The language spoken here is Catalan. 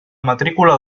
matrícula